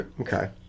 Okay